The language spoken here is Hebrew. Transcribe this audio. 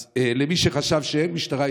אז למי שחשב שאין משטרה,